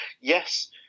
Yes